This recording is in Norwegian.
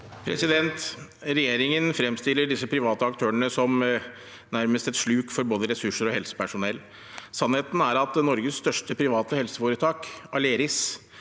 Regjeringen frem- stiller disse private aktørene som nærmest et sluk for både ressurser og helsepersonell. Sannheten er at Norges største private helseforetak, Aleris,